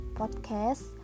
podcast